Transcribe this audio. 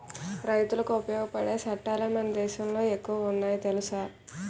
రైతులకి ఉపయోగపడే సట్టాలే మన దేశంలో ఎక్కువ ఉన్నాయి తెలుసా